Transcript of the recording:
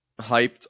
hyped